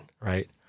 right